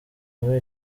muri